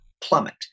plummet